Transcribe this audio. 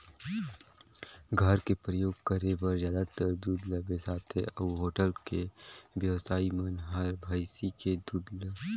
घर मे परियोग करे बर जादातर दूद ल बेसाथे अउ होटल के बेवसाइ मन हर भइसी के दूद ल